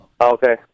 okay